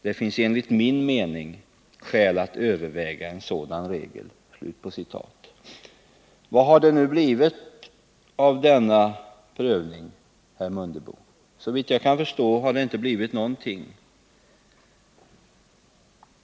Det finns enligt min mening skäl att överväga en sådan regel.” Vad har det nu blivit av denna prövning, herr Mundebo? Såvitt jag kan förstå har det inte hänt någonting.